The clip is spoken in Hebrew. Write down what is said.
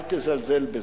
אל תזלזל בזה.